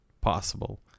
possible